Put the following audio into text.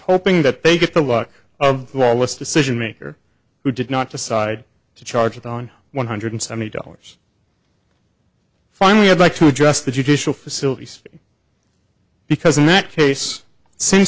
hoping that they get the luck of the lawless decision maker who did not decide to charge it on one hundred seventy dollars finally i'd like to address the judicial facilities because in that case s